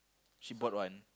she bought one